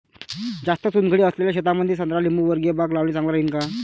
जास्त चुनखडी असलेल्या शेतामंदी संत्रा लिंबूवर्गीय बाग लावणे चांगलं राहिन का?